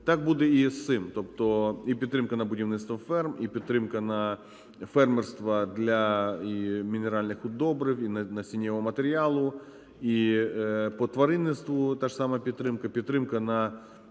Так буде і з цим. Тобто і підтримка на будівництво ферм, і підтримка на фермерства для і мінеральних добрив, і насінного матеріалу, і по тваринництву та ж сама підтримка, підтримка на